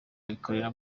bikorera